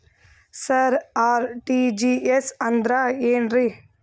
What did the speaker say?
ಸರ RTGS ಅಂದ್ರ ಏನ್ರೀ?